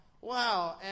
wow